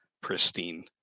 pristine